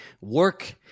work